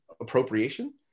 appropriation